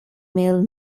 mil